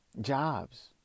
jobs